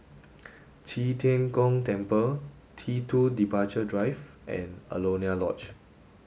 Qi Tian Gong Temple T two Departure Drive and Alaunia Lodge